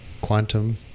Quantum